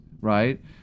right